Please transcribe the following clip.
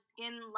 skin